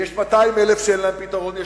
יש 200,000 שאין להם פתרון,